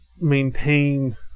maintain